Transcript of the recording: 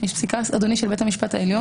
יש פסקה של בית המשפט העליון בנושא?